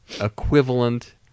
equivalent